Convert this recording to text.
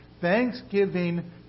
Thanksgiving